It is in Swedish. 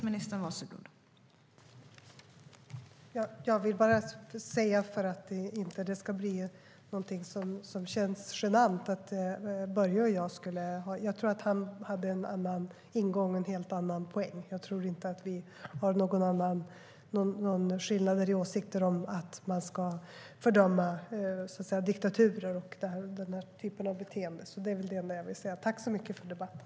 Fru talman! För att det inte ska kännas genant vill jag bara säga att jag tror att Börje hade en helt annan ingång, en helt annan poäng. Jag tror inte att det finns några skillnader mellan våra åsikter när det gäller att man ska fördöma diktaturer och denna typ av beteende. Tack för debatten!